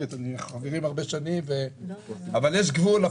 אנחנו חברים הרבה שנים, אבל יש גבול לפוליטיקה.